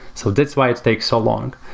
so that's why it takes so long.